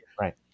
Right